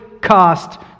cost